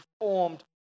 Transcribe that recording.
formed